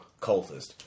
cultist